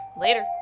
Later